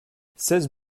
seize